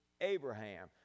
Abraham